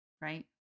right